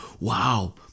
Wow